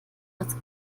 als